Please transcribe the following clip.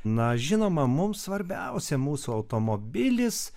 na žinoma mums svarbiausia mūsų automobilis